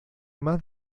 más